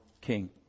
king